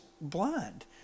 blind